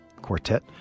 Quartet